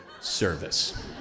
service